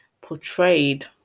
portrayed